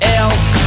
else